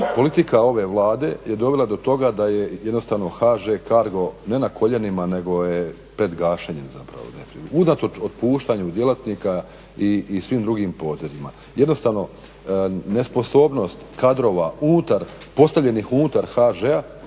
politika ove Vlade je dovela do toga da je jednostavno HŽ-Cargo ne na koljenima nego je pred gašenjem zapravo, unatoč otpuštanju djelatnika i svim drugim potezima. Jednostavno nesposobnost kadrova postavljenih unutar HŽ-a